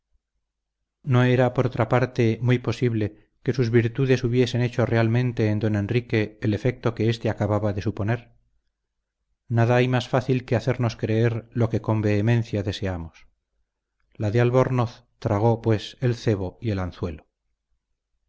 no era por otra parte muy posible que sus virtudes hubiesen hecho realmente en don enrique el efecto que éste acababa de suponer nada hay más fácil que hacernos creer lo que con vehemencia deseamos la de albornoz tragó pues el cebo y el anzuelo